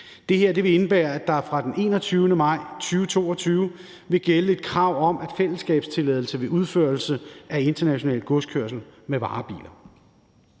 Det her vil indebære, at der fra den 21. maj 2022 vil gælde et krav om fællesskabstilladelse ved udførelse af international godskørsel med varebiler.